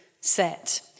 set